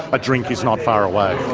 a drink is not far away.